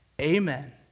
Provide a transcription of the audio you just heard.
amen